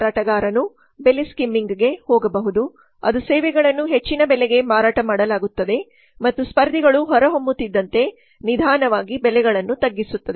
ಮಾರಾಟಗಾರನು ಬೆಲೆ ಸ್ಕಿಮ್ಮಿಂಗ್ಗೆ ಹೋಗಬಹುದು ಅದು ಸೇವೆಗಳನ್ನು ಹೆಚ್ಚಿನ ಬೆಲೆಗೆ ಮಾರಾಟ ಮಾಡುತ್ತದೆ ಮತ್ತು ಸ್ಪರ್ಧಿಗಳು ಹೊರಹೊಮ್ಮುತ್ತಿದ್ದಂತೆ ನಿಧಾನವಾಗಿ ಬೆಲೆಗಳನ್ನು ತಗ್ಗಿಸುತ್ತದೆ